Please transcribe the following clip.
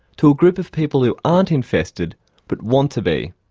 to a group of people who aren't infested but want to be.